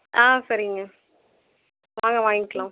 ஆ சரிங்க வாங்க வாங்கிக்கலாம்